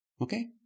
Okay